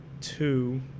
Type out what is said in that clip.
two